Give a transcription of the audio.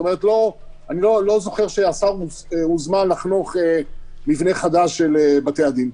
אני לא זוכר שהשר הוזמן לחנוך מבנה חדש של בתי הדין,